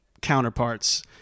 counterparts